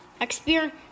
experience